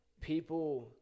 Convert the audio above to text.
people